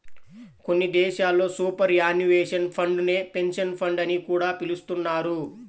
కొన్ని దేశాల్లో superannuation fund నే పెన్షన్ ఫండ్ అని కూడా పిలుస్తున్నారు